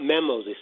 memos